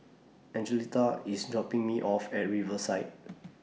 Angelita IS dropping Me off At Riverside